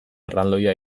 erraldoia